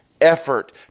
effort